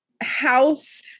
house